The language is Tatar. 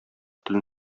телен